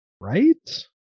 right